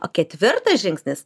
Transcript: o ketvirtas žingsnis